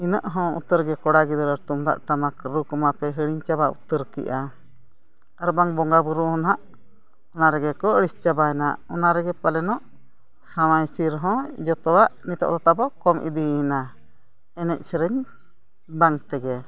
ᱩᱱᱟᱹᱜ ᱦᱚᱸ ᱩᱛᱟᱹᱨ ᱜᱮ ᱠᱚᱲᱟ ᱜᱤᱫᱽᱨᱟᱹ ᱛᱩᱢᱫᱟᱜ ᱴᱟᱢᱟᱠ ᱨᱩ ᱠᱚᱢᱟ ᱯᱮ ᱦᱤᱲᱤᱧ ᱪᱟᱵᱟ ᱩᱛᱟᱹᱨ ᱠᱮᱜᱼᱟ ᱟᱨ ᱵᱟᱝ ᱵᱚᱸᱜᱟᱼᱵᱩᱨᱩ ᱦᱚᱸ ᱱᱟᱦᱟᱜ ᱚᱱᱟ ᱨᱮᱜᱮ ᱠᱚ ᱟᱹᱲᱤᱥ ᱪᱟᱵᱟᱭᱮᱱᱟ ᱚᱱᱟ ᱨᱮᱜᱮ ᱯᱟᱞᱮᱱᱚᱜ ᱥᱟᱶᱟᱭ ᱥᱤᱨ ᱦᱚᱸ ᱡᱚᱛᱚᱣᱟᱜ ᱱᱤᱛᱚᱜ ᱫᱚ ᱛᱟᱵᱚᱱ ᱠᱚᱢ ᱤᱫᱤᱭᱮᱱᱟ ᱮᱱᱮᱡ ᱥᱮᱨᱮᱧ ᱵᱟᱝ ᱛᱮᱜᱮ